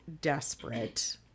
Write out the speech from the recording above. desperate